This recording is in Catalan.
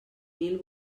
mil